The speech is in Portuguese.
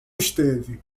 esteve